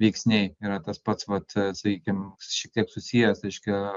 veiksniai yra tas pats vat sakykim šiek tiek susijęs reiškia